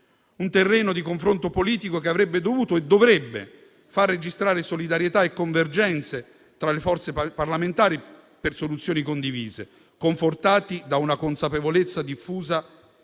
un terreno di confronto politico che avrebbe dovuto e dovrebbe far registrare solidarietà e convergenze tra le forze parlamentari per soluzioni condivise, confortati da una consapevolezza diffusa